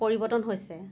পৰিৱৰ্তন হৈছে